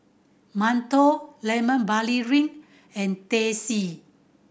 mantou Lemon Barley Drink and Teh C